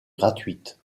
gratuite